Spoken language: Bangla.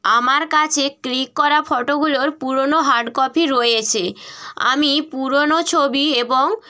আমার কাছে ক্লিক করা ফটোগুলোর পুরোনো হার্ড কপি রয়েছে আমি পুরোনো ছবি এবং